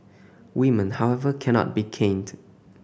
women however cannot be caned